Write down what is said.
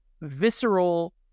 visceral